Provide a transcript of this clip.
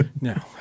No